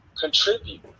contribute